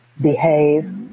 behave